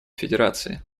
федерации